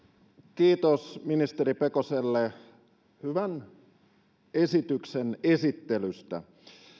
kiitos ministeri pekoselle hyvän esityksen esittelystä